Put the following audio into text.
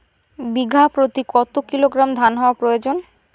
বিঘা প্রতি কতো কিলোগ্রাম ধান হওয়া লাভজনক?